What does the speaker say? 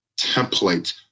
template